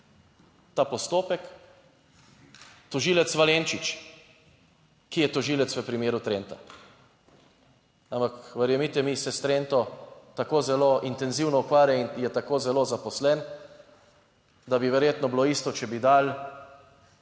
Tožilec Valenčič, ki je tožilec v primeru Trenta. Ampak verjemite mi, se s Trento tako zelo intenzivno ukvarja in je tako zelo zaposlen, da bi verjetno bilo isto, če bi dali